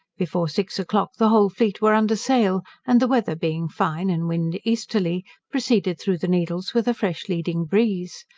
before six o'clock the whole fleet were under sail and, the weather being fine and wind easterly, proceeded through the needles with a fresh leading breeze.